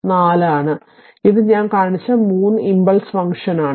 അതിനാൽ ഇത് ഞാൻ കാണിച്ച 3 ഇംപൾസ് ഫംഗ്ഷനാണ്